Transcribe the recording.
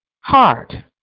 hard